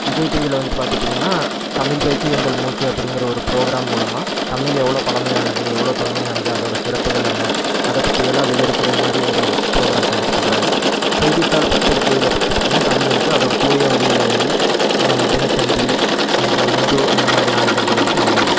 விஜய் டிவியில வந்துவிட்டு பார்த்துட்டீங்கன்னா தமிழ் பேச்சு எங்கள் மூச்சு அப்படிங்கிற ஒரு ப்ரோக்ராம் மூலமாக தமிழ் எவ்வளோ பழமையானது எவ்வளோ தொன்மையானது அதோட சிறப்புகள் என்ன அதை பற்றி எல்லாம் விவரிக்கிற மாதிரி ஒரு ப்ரோக்ராம் கண்டெக்ட் பண்ணுறாங்க செய்தித்தாள் பத்திரிக்கையில் பார்த்துட்டீங்கன்னா தமிழ் வந்துவிட்டு அதோட தூய வடிவில் எழுதி தினத்தந்தி இந்த இந்து அந்த மாதிரி நாளிதழ்கள் வந்துவிட்டு வெளியாகுது